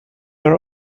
are